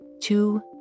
two